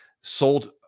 sold